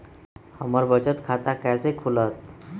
हमर बचत खाता कैसे खुलत?